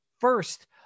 first